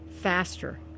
faster